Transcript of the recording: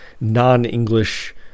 non-English